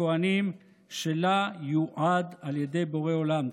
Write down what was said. הכוהנים שלה יועד על ידי בורא עולם.